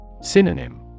Synonym